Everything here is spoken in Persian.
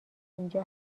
اینجا